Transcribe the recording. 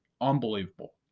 Unbelievable